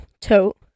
tote